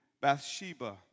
Bathsheba